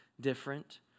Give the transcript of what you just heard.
different